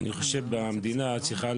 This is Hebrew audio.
אני חושב שהמדינה צריכה